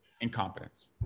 incompetence